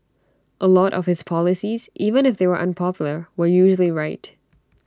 A lot of his policies even if they were unpopular were usually right